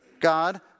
God